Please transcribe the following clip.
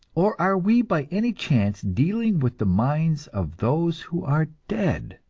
or are we by any chance dealing with the minds of those who are dead?